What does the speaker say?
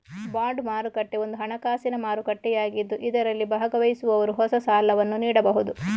bond ಮಾರುಕಟ್ಟೆ ಒಂದು ಹಣಕಾಸಿನ ಮಾರುಕಟ್ಟೆಯಾಗಿದ್ದು ಇದರಲ್ಲಿ ಭಾಗವಹಿಸುವವರು ಹೊಸ ಸಾಲವನ್ನು ನೀಡಬಹುದು